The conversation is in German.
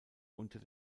unter